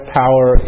power